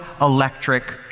electric